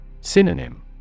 Synonym